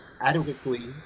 adequately